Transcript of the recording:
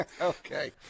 Okay